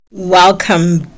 Welcome